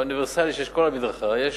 האוניברסלי שיש על כל מדרכה, יש